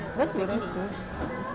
where's your last post